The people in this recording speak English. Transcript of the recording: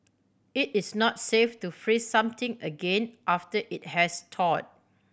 it is not safe to freeze something again after it has told